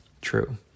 True